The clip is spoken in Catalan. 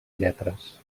lletres